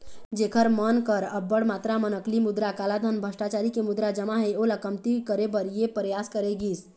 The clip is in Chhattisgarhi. जेखर मन कर अब्बड़ मातरा म नकली मुद्रा, कालाधन, भस्टाचारी के मुद्रा जमा हे ओला कमती करे बर ये परयास करे गिस